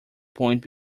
point